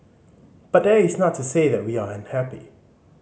but that is not to say that we are unhappy